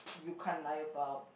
you can't lie about